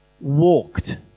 walked